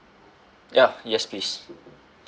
ya yes please